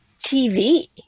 TV